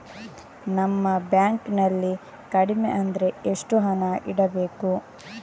ನಮ್ಮ ಬ್ಯಾಂಕ್ ನಲ್ಲಿ ಕಡಿಮೆ ಅಂದ್ರೆ ಎಷ್ಟು ಹಣ ಇಡಬೇಕು?